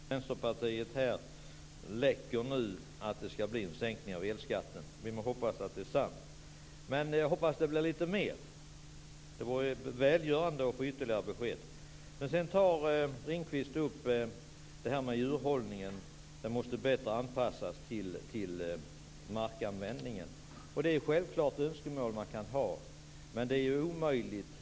Fru talman! Det var intressant att höra att Vänsterpartiet nu här läcker att det skall bli en sänkning av elskatten. Vi må hoppas att det är sant. Men jag hoppas att det blir mer än så. Det vore således välgörande att få ytterligare besked. Jonas Ringqvist tar sedan upp djurhållningen, som bättre måste anpassas till markanvändningen. Det är självklart ett önskemål som man kan ha men det är en omöjlighet.